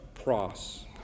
cross